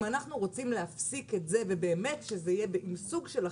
אם אנחנו רוצים להפסיק את זה ובאמת שזה יהיה עם סוג של אחריות,